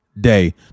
day